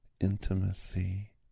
intimacy